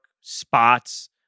spots